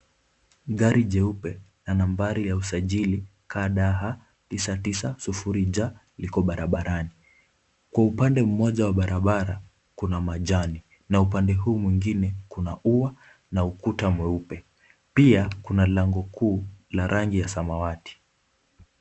Gari ni nyeupe na nambari ya usajili k d h tisa tisa sufuri j lipo barabarani. Kwa upande mmoja wa barabara kuna majani na upande huu mwingine kuna ua na ukuta mwingine. Pia kuna lango kuu la rangi samawati.